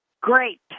great